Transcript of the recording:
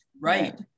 right